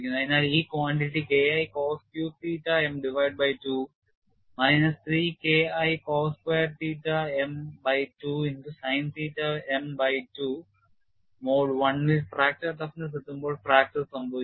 അതിനാൽ ഈ quantity K I cos cube theta m divided by 2 minus 3 K II cos squared theta m by 2 into sin theta m by 2 mode 1 ൽ fracture toughness എത്തുമ്പോൾ fracture സംഭവിക്കുന്നു